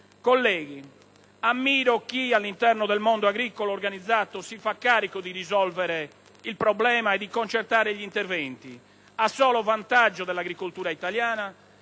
Colleghi, ammiro chi all'interno del mondo agricolo organizzato si fa carico di risolvere il problema e di concertare gli interventi a solo vantaggio dell'agricoltura italiana